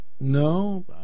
No